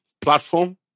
platform